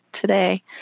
today